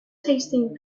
tasting